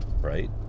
right